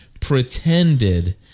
pretended